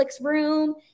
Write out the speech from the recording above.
room